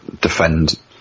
defend